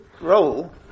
role